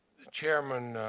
chairman